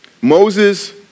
Moses